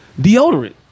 Deodorant